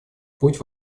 путь